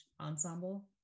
ensemble